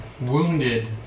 wounded